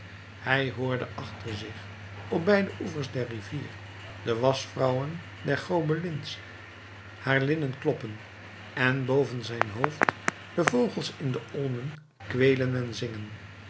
hij hoorde achter zich op beide oevers der rivier de waschvrouwen der gobelins haar linnen kloppen en boven zijn hoofd de vogels in de olmen kweelen en zingen